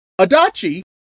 Adachi